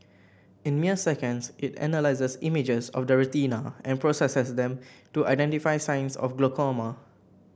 in mere seconds it analyses images of the retina and processes them to identify signs of glaucoma